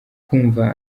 kumva